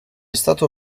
stato